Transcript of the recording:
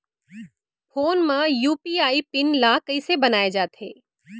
Phone म UPI PIN ल कइसे बनाये जाथे?